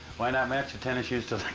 why not match the tennis shoes to